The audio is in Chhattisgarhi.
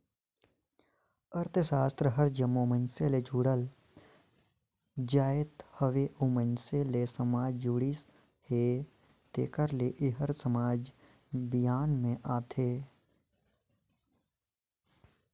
अर्थसास्त्र हर जम्मो मइनसे ले जुड़ल जाएत हवे अउ मइनसे ले समाज जुड़िस हे तेकर ले एहर समाज बिग्यान में आथे